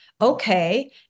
Okay